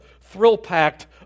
thrill-packed